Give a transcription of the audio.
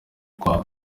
kwabo